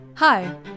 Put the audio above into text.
Hi